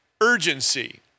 urgency